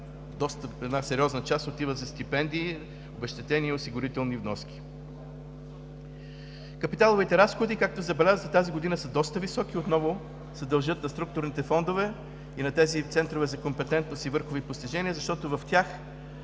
Една сериозна част отива за стипендии, обезщетения и осигурителни вноски. Капиталовите разходи, както забелязвате, тази година са доста високи – отново се дължат на структурните фондове и на тези центрове за компетентност и върхови постижения, защото в тях